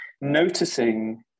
noticing